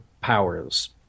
powers